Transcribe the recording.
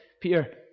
Peter